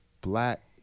black